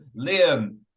Liam